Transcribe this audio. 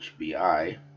hbi